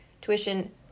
tuition